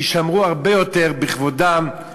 שיישמרו הרבה יותר בכבודם,